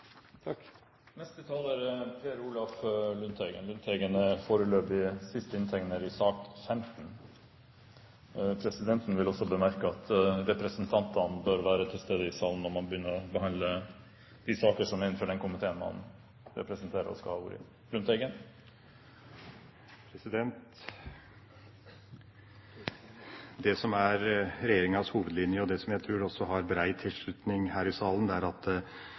Presidenten vil bemerke at også representantene bør være til stede i salen når man begynner å behandle saker fra den komiteen man representerer, og der man skal ha ordet. Det som er regjeringas hovedlinje, og det som jeg tror også har brei tilslutning her i salen, er at de skattemessige avskrivningene skal stå i forhold til det verdifallet som er